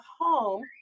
home